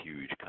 huge